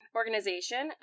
organization